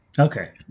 Okay